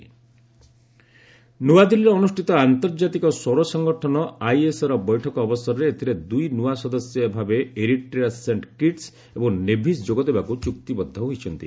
solar ଆଲୋୱାନ୍ନ ନୂଆଦିଲ୍ଲୀରେ ଅନୁଷ୍ଠିତ ଆନ୍ତର୍ଜାତିକ ସୌର ସଙ୍ଗଠନ ଆଇଏସ୍ଏର ବୈଠକ ଅବସର ଏଥିରେ ଦୁଇ ନୂଆ ସଦସ୍ୟ ଭାବେ ଏରିଟ୍ରିଆ ସେଣ୍ଟ୍ କିଟ୍ସ୍ ଏବଂ ନେଭିସ୍ ଯୋଗଦେବାକୁ ଚୁକ୍ତିବଦ୍ଧ ହୋଇଛନ୍ତି